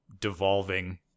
devolving